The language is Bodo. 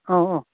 औ औ